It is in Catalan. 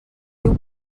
diu